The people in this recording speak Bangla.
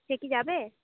সে কি যাবে